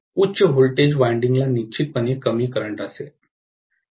उच्च व्होल्टेज वायंडिंगला निश्चितपणे कमी करंट असेल